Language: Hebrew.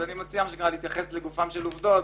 אני מציע להתייחס לגופן של עובדות.